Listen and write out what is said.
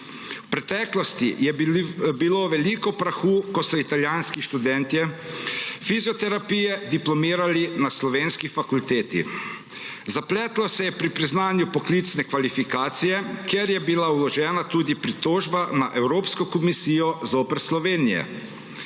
V preteklosti je bilo veliko prahu, ko so italijanski študentje fizioterapije diplomirali na slovenski fakulteti. Zapletlo se je pri priznanju poklicne kvalifikacije, ker je bila vložena tudi pritožba na Evropsko komisijo zoper Slovenijo,